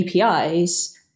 APIs